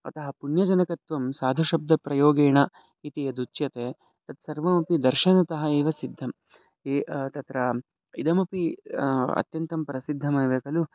अतः पुण्यजनकत्वं साधुशब्दप्रयोगेण इति यदुच्यते तत्सर्वमपि दर्शनतः एव सिद्धं ये तत्र इदमपि अत्यन्तं प्रसिद्धमेव खलु